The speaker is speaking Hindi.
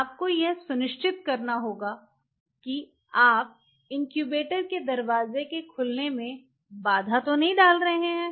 आपको यह सुनिश्चित करना होगा कि आप इनक्यूबेटर के दरवाज़े के खुलने में बाधा तो नहीं डाल रहे हैं